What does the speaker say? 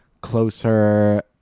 Closer